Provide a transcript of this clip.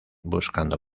buscando